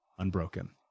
Unbroken